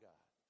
God